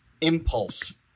impulse